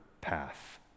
path